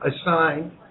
assigned